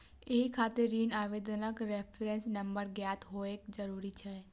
एहि खातिर ऋण आवेदनक रेफरेंस नंबर ज्ञात होयब जरूरी छै